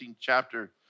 chapter